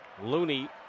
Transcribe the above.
Looney